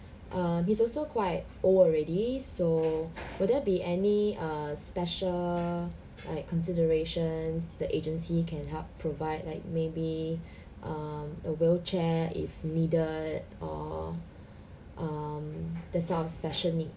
uh he's also quite old already so will there be any err special like considerations the agency can help provide like maybe um a wheelchair if needed or um that sort of special need